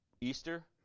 Easter